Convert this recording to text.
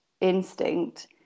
instinct